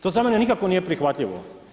To za mene nikako nije prihvatljivo.